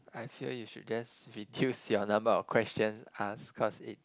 I feel you should just reduce your number of questions asked cause it